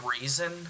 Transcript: reason